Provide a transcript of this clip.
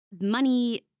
money